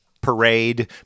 Parade